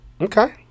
Okay